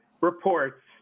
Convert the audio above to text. reports